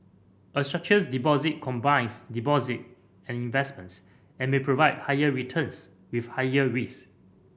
a structured deposit combines deposit and investments and may provide higher returns with higher risk